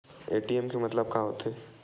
ATM के मतलब का होथे?